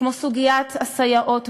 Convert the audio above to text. כמו סוגיית הסייעות בגנים,